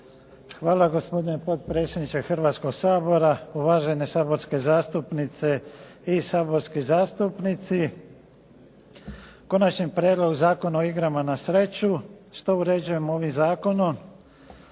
Hvala, gospodine potpredsjedniče Hrvatskoga sabora. Uvažene saborske zastupnice i saborski zastupnici. Konačni prijedlog Zakona o igrama na sreću. Što uređujemo ovim zakonom?